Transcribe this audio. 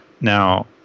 Now